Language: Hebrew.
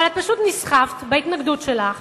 אבל פשוט נסחפת בהתנגדות שלך